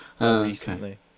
recently